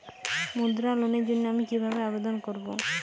মুদ্রা লোনের জন্য আমি কিভাবে আবেদন করবো?